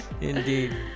Indeed